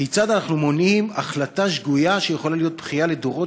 כיצד אנחנו מונעים החלטה שגויה שיכולה להיות בכייה לדורות,